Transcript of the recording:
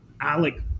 Alec